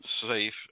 Safe